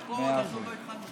אבל פה עוד לא התחלנו.